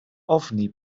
ofni